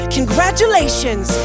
Congratulations